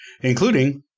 including